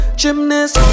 gymnast